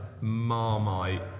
marmite